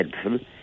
helpful